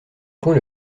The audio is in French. point